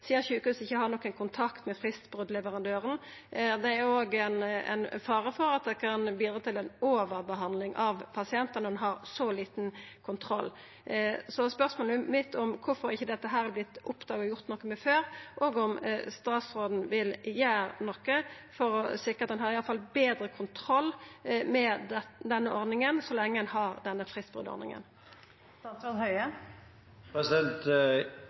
sidan sjukehuset ikkje har nokon kontakt med fristbrotleverandøren. Det er jo òg ein fare for at det kan bidra til ei overbehandling av pasientar når ein har så liten kontroll. Spørsmålet mitt er kvifor dette ikkje har vorte oppdaga og gjort noko med før, og om statsråden vil gjera noko for å sikra at ein iallfall har betre kontroll med denne ordninga så lenge ein har denne